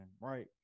right